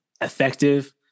effective